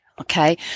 okay